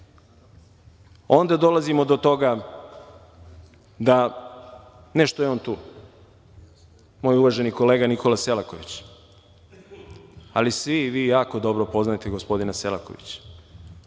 dolazimo do toga da, ne što je on tu, moj uvaženi kolega Nikola Selaković, ali svi vi jako dobro poznajete gospodina Selakovića.